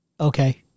Okay